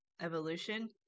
evolution